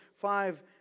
five